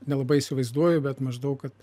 nelabai įsivaizduoju bet maždaug kad